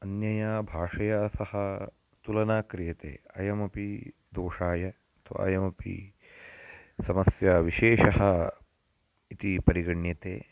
अन्यया भाषया सह तुलना क्रियते अयमपि दोषाय अथवा अयमपि समस्या विशेषः इति परिगण्यते